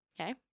Okay